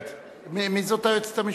מי זאת היועצת המשפטית?